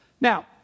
Now